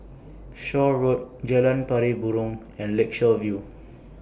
Shaw Road Jalan Pari Burong and Lakeshore View